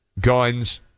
Guns